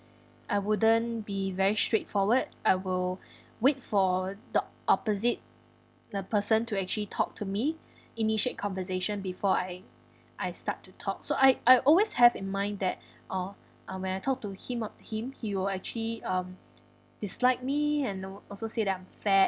I wouldn't be very straightforward I will wait for the opposite the person to actually talk to me initiate conversation before I I start to talk so I I always have in mind that uh um when I talk to him up him he will actually um dislike me and al~ also say that I'm fat